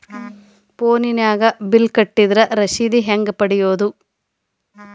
ಫೋನಿನಾಗ ಬಿಲ್ ಕಟ್ಟದ್ರ ರಶೇದಿ ಹೆಂಗ್ ಪಡೆಯೋದು?